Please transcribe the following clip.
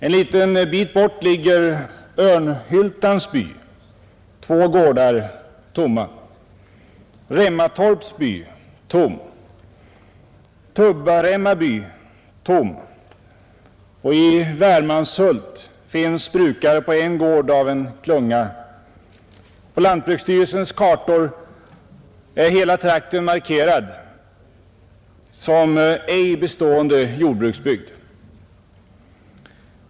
Ett litet stycke bort ligger Örnhyltans by, vars två gårdar är tomma. Remmatorps by, tom. Tubbaremma by, tom. I Värmanshult finns brukare på en gård i en klunga gårdar. På lantbruksstyrelsens kartor är hela trakten markerad som ”ej bestående jordbruksbygd”.